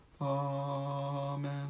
Amen